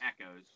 Echoes